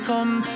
Come